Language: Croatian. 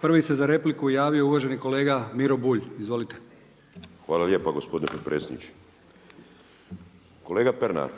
Prvi se za repliku javio uvaženi kolega Miro Bulj. Izvolite. **Bulj, Miro (MOST)** Hvala lijepa gospodine potpredsjedniče. Kolega Pernar,